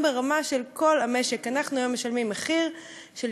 גם ברמה של כל המשק אנחנו היום משלמים מחיר של